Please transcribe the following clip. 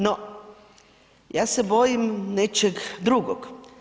No, ja se bojim nečeg drugog.